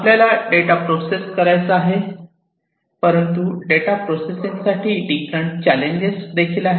आपल्याला data process करायचा आहे परंतु डेटा प्रोसेसिंग साठी डिफरंट चॅलेंजेस आहे